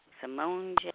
Simone